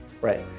Right